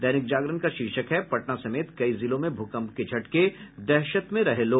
दैनिक जागरण शीर्षक है पटना समेत कई जिलों में भूकंप के झटके दहशत में रहे लोग